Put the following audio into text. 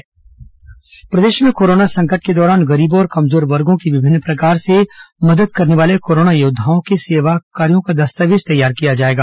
corona warriors Durg प्रदेश में corona संकट के दौरान गरीबों और कमजोर वर्गो की विभिन्न प्रकार से मदद करने वाले कोरोना योद्वाओं के सेवाकारियों का दस्तावेज तैयार किया जाएगा